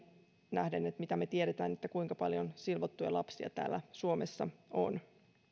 nähden mitä me tiedämme siitä kuinka paljon silvottuja lapsia täällä suomessa on